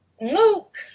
Luke